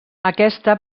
aquesta